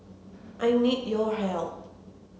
I need your help